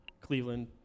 Cleveland